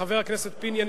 לחבר הכנסת פיניאן,